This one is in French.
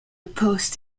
poste